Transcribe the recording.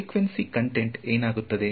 frequency content ಏನಾಗಬಹುದು